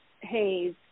haze